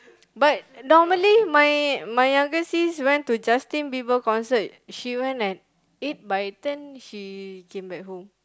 but normally my my younger sis went to Justin Bieber concert she went at eight by ten she came back home